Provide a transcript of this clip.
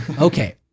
Okay